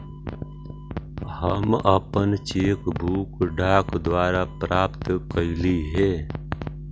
हम अपन cheque book डाक द्वारा प्राप्त कईली हे